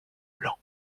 blanc